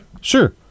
sure